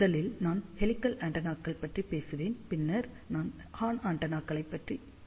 முதலில் நான் ஹெலிகல் ஆண்டெனாக்கள் பேசுவேன் பின்னர் நான் ஹார்ன் ஆண்டெனாக்களை பார்ப்போம்